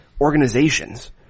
organizations